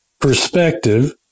perspective